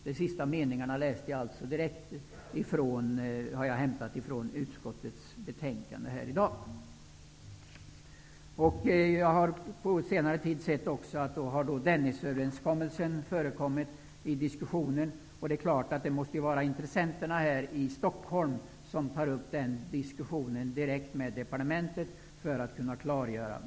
Detta påpekas också i det betänkande vi nu debatterar. Jag har på senare tid sett att Dennisöverenskommelsen förekommit i diskussionen. Det måste vara intressenterna i Stockholm som tar upp den diskussionen direkt med departementet.